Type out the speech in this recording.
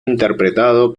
interpretado